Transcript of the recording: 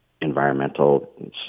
environmental